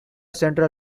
central